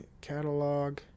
catalog